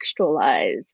contextualize